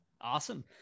Awesome